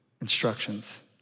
instructions